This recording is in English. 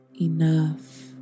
enough